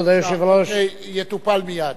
יטופל מייד.